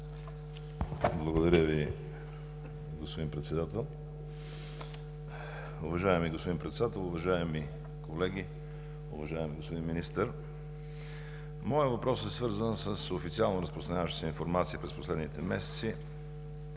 Благодаря Ви, господин Председател. Уважаеми господин Председател, уважаеми колеги! Уважаеми господин Министър, моят въпрос е свързан с официално разпространяваща се информация през последните месеци